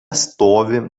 stovi